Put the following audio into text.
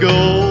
go